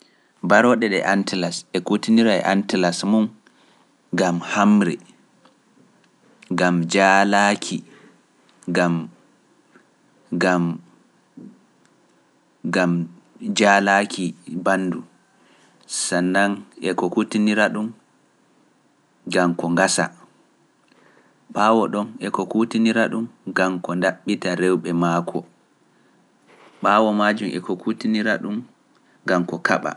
Barooɗe ɗe Antalas e kutinira e Antalas mum gam hamre, gam jaalaaki, gam jaalaaki banndu, ko kutinira ɗum, ngam ko ngasa, ɓaawo ɗon e ko kutinira ɗun ko nɗaɓɓita rewɓe mako. ɓaawo maajum e ko kuutinira ɗum, ko ndaɓɓita rewɓe e majum.